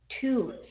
two